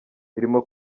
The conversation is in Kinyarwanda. birimo